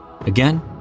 Again